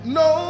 no